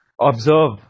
observe